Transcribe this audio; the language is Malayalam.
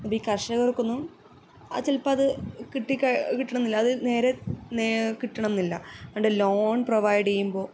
അപ്പം ഈ കർഷകർക്കൊന്നും അത് ചിലപ്പം അത് കിട്ടിക്ക കിട്ടണം എന്നില്ല അത് നേരെ കിട്ടണം എന്നില്ല ആണ്ട് ലോൺ പ്രൊവൈഡ്യ്യുമ്പൊ